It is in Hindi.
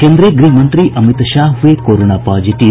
केन्द्रीय गृह मंत्री अमित शाह हुए कोरोना पॉजिटिव